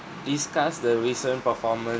discuss the recent performance